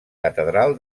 catedral